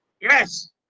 Yes